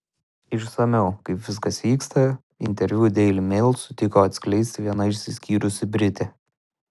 išsamiau kaip viskas vyksta interviu daily mail sutiko atskleisti viena išsiskyrusi britė